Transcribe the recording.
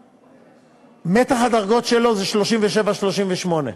ומתח הדרגות שלו זה 37 38,